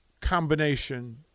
combination